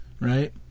right